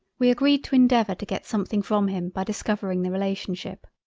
we agreed to endeavour to get something from him by discovering the relationship.